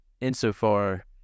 insofar